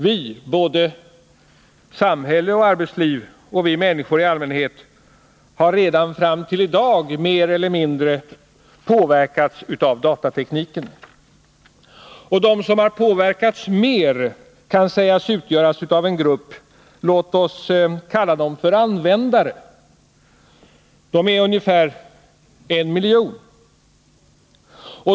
Vi — såväl samhälle och arbetsliv som vi människor i allmänhet — har redan fram till i dag mer eller mindre påverkats av datatekniken. De som har påverkats mera kan sägas utgöras av en grupp människor — låt oss kalla dem för användare. De är ungefär 1 miljon.